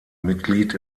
mitglied